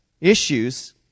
issues